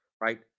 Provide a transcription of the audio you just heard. Right